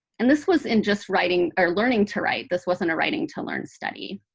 and this was in just writing, or learning to write. this wasn't a writing-to-learn study.